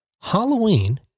Halloween